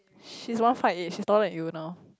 she's one five eight she's taller than you now